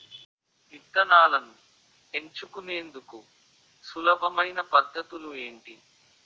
విత్తనాలను ఎంచుకునేందుకు సులభమైన పద్ధతులు ఏంటి?